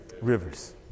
Rivers